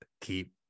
keep